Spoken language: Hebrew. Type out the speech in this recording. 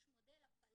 יש מודל הפעלה,